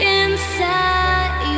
inside